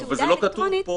אבל זה לא כתוב פה.